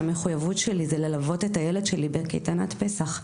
שהמחויבות שלי ללוות את הילד שלי בקייטנת פסח.